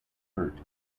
hurt